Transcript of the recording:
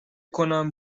کنم